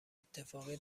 اتفاقی